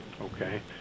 Okay